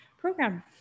program